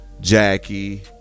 Jackie